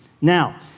Now